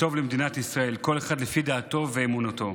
וטוב למדינת ישראל, כל אחד לפי דעתו ואמונתו.